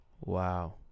Wow